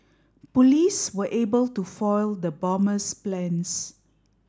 police were able to foil the bomber's plans